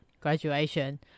graduation